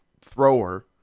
thrower